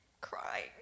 crying